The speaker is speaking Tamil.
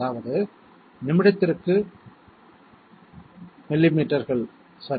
அதாவது நிமிடத்திற்கு மில்லிமீட்டர்கள் சரி